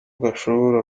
gashobora